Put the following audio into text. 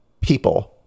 people